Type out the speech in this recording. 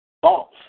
false